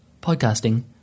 Podcasting